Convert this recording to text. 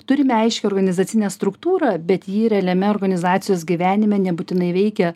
turime aiškią organizacinę struktūrą bet ji realiame organizacijos gyvenime nebūtinai veikia